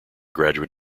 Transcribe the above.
graduate